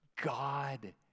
God